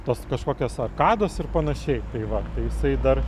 tos kažkokios arkados ir panašiai tai va jisai dar